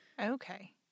Okay